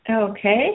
Okay